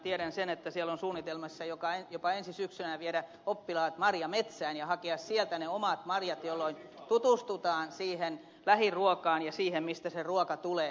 tiedän sen että siellä on suunnitelmissa ensi syksynä jopa viedä oppilaat marjametsään ja hakea sieltä ne omat marjat jolloin tutustutaan siihen lähiruokaan ja siihen mistä se ruoka tulee